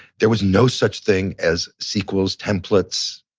there was no such thing as sequels, templates,